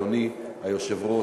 אדוני היושב-ראש,